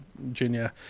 Virginia